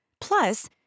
Plus